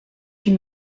huit